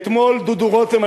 דודו רותם,